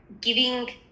giving